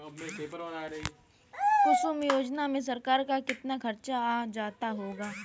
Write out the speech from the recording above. कुसुम योजना में सरकार का कितना खर्चा आ जाता होगा